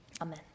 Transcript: Amen